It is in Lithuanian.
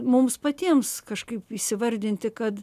mums patiems kažkaip įvardinti kad